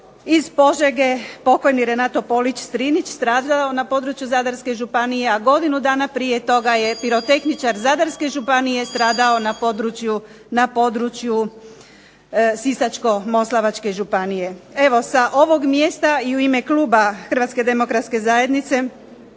iz Požege, pokojni Renato Polić Strinić, stradao na području Zadarske županije, a godinu dana prije toga je pirotehničar Zadarske županije stradao na području Sisačko-moslavačke županije. Evo, sa ovog mjesta i u ime kluba HDZ-a želim zahvaliti